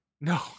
No